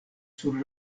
sur